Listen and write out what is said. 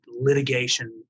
litigation